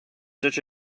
such